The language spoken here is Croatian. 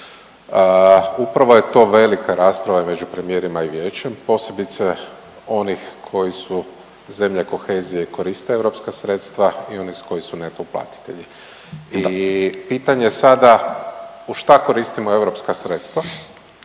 Upravo je to velika rasprava među premijerima i vijećem, posebice onih koji su zemlje kohezije i koriste europska sredstva i onih koji su neto uplatitelji i pitanje sada u šta koristimo europska sredstva,